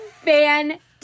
fantastic